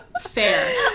Fair